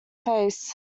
face